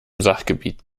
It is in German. sachgebiet